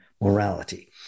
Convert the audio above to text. morality